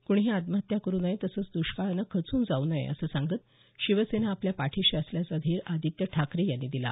कोणीही आत्महत्या करू नये तसंच दुष्काळानं खचून जाऊ नये असं सांगत शिवसेना आपल्या पाठीशी असल्याचा धीर आदित्य ठाकरे यांनी दिला